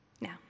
Now